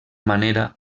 manera